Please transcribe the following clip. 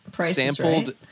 sampled